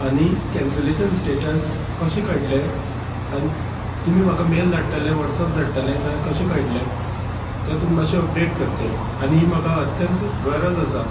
आनी cancellation status कशें कळटलें आनी तुमी म्हाका मेल धाडटले वॉट्सप धाडटले कांय कशें कळटलें तें तुमी मातशें अपडेट करचे आनी ही म्हाका अत्यंत गरज आसा